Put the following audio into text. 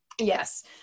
yes